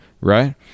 right